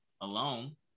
alone